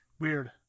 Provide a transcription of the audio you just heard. Weird